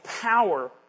power